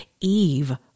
Eve